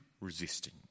resisting